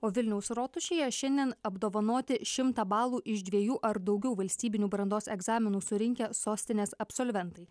o vilniaus rotušėje šiandien apdovanoti šimtą balų iš dviejų ar daugiau valstybinių brandos egzaminų surinkę sostinės absolventai